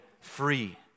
free